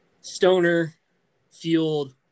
stoner-fueled